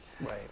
Right